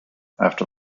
after